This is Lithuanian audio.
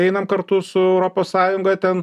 einam kartu su europos sąjunga ten